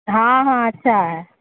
ہاں ہاں اچھا ہے